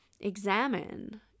examine